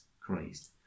Christ